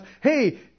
hey